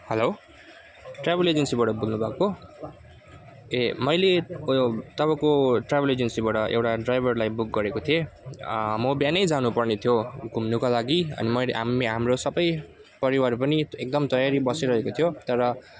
hello travel एजेन्सीबाट बोल्नुभएको ए मैले यो तपाईँको ट्राभल एजेन्सीबाट एउटा ड्राइभरलाई बुक गरेको थिएँ म बिहानै जानुपर्ने थियो घुम्नुको लागि अनि मैले हाम्रो हाम्रो सबै परिवार पनि एकदम तयारी बसिरहेको थियो तर